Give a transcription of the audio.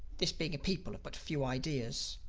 this being a people of but few ideas.